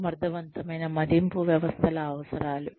సమర్థవంతమైన మదింపు వ్యవస్థల అవసరాలు